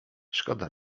szkoda